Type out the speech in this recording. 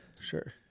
Sure